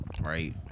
Right